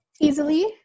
easily